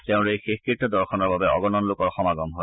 তেওঁৰ এই শেষকৃত্য দৰ্শনৰ বাবে অগনন লোকৰ সমাগম ঘটে